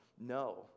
no